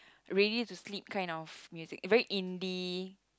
ready to sleep kind of music very indie